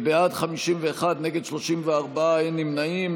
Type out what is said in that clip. בעד, 51, נגד, 34, אין נמנעים.